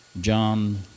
John